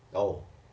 oh